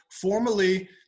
formally